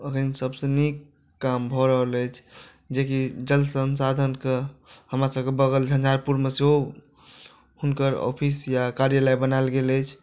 एखन सबसँ नीक काम भऽ रहल अछि जेकि जल सन्साधनके हमरा सबके बगल झंझारपुरमे सेहो हुनकर ऑफिस या कार्यालय बनाएल गेल अछि